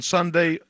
Sunday